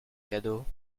cadeau